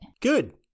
good